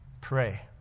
Pray